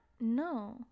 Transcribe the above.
no